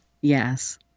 Yes